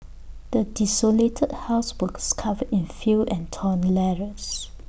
the desolated house was covered in fill and torn letters